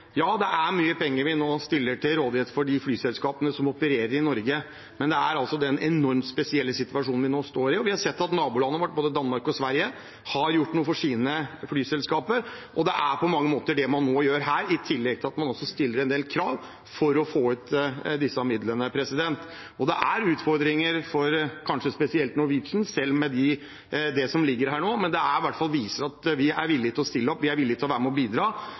ja, det er mye penger vi nå stiller til rådighet for de flyselskapene som opererer i Norge, men det er altså en enormt spesiell situasjon vi nå står i. Vi har sett at nabolandene våre, både Danmark og Sverige, har gjort noe for sine flyselskaper, og det er på mange måter det man nå gjør her, i tillegg til at man også stiller en del krav for å kunne få ut disse midlene. Det er utfordringer for kanskje spesielt Norwegian, selv med det som ligger her nå, men dette viser i hvert fall at vi er villige til å stille opp, vi er villige til å være med og bidra